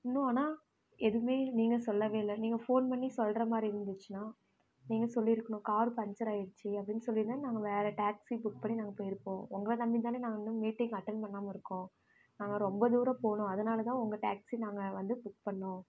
இன்னும் ஆனால் எதுவுமே நீங்கள் சொல்லவே இல்லை நீங்கள் ஃபோன் பண்ணி சொல்கிற மாதிரி இருந்துச்சுனா நீங்கள் சொல்லியிருக்கணும் கார் பஞ்சர் ஆகிடுச்சி அப்பிடின்னு சொல்லிருந்தால் நாங்கள் வேறு டேக்சி புக் பண்ணி நாங்கள் போயிருப்போம் உங்களை நம்பி தான நாங்கள் இன்னும் மீட்டிங் அட்டன்ட் பண்ணாமல் இருக்கோம் நாங்கள் ரொம்ப தூரம் போகணும் அதனால தான் உங்க டேக்சி நாங்கள் வந்து புக் பண்ணிணோம்